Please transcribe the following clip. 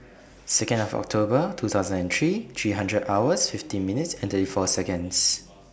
Second of October two thousand and three three hundred hours fifty minutes and thirty four Seconds